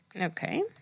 Okay